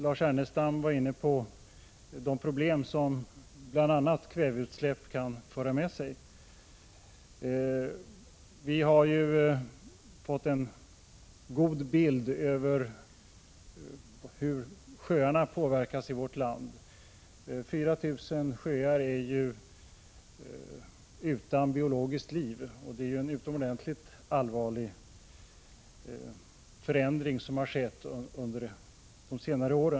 Lars Ernestam var inne på de problem som bl.a. kväveutsläpp kan föra med sig. Vi har ju fått en god bild av hur sjöarna i vårt land påverkas. 4 000 sjöar är ju utan biologiskt liv, och det är en utomordentligt allvarlig förändring som skett under senare år.